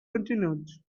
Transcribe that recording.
continued